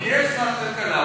יש שר כלכלה,